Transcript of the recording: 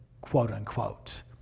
quote-unquote